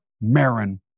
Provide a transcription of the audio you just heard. Marin